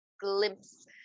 glimpse